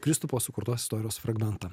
kristupo sukurtos istorijos fragmentą